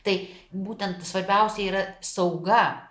tai būtent svarbiausia yra sauga